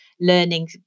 learning